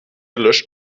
löscht